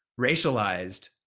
racialized